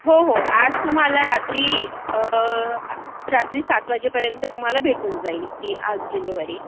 हो हो आज तुम्हाला रात्री रात्री सात वाजेपर्यंत तुम्हाला भेटून जाईल ही आज डिलिव्हरी